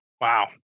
Wow